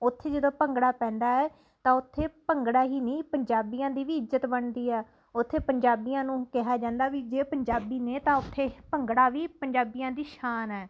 ਉੱਥੇ ਜਦੋਂ ਭੰਗੜਾ ਪੈਂਦਾ ਹੈ ਤਾਂ ਉੱਥੇ ਭੰਗੜਾ ਹੀ ਨਹੀਂ ਪੰਜਾਬੀਆਂ ਦੀ ਵੀ ਇੱਜ਼ਤ ਬਣਦੀ ਹੈ ਉੱਥੇ ਪੰਜਾਬੀਆਂ ਨੂੰ ਕਿਹਾ ਜਾਂਦਾ ਵੀ ਜੇ ਪੰਜਾਬੀ ਨੇ ਤਾਂ ਉੱਥੇ ਭੰਗੜਾ ਵੀ ਪੰਜਾਬੀਆਂ ਦੀ ਸ਼ਾਨ ਹੈ